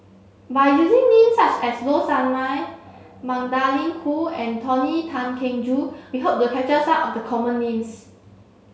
by using names such as Low Sanmay Magdalene Khoo and Tony Tan Keng Joo we hope to capture some of the common names